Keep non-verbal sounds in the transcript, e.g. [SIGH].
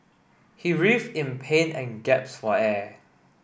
he writhed in pain and [UNINTELLIGIBLE] for air